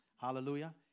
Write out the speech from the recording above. Hallelujah